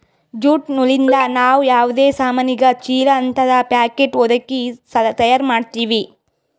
jute ನೂಲಿಂದ್ ನಾವ್ ಯಾವದೇ ಸಾಮಾನಿಗ ಚೀಲಾ ಹಂತದ್ ಪ್ಯಾಕೆಟ್ ಹೊದಕಿ ತಯಾರ್ ಮಾಡ್ತೀವಿ